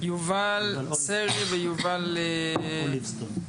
יובל סרי ויובל אוליבסטון.